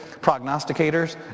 prognosticators